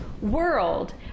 world